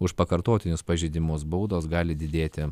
už pakartotinius pažeidimus baudos gali didėti